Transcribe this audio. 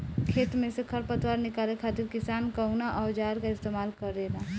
खेत में से खर पतवार निकाले खातिर किसान कउना औजार क इस्तेमाल करे न?